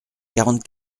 quarante